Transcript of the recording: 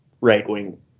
right-wing